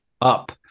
up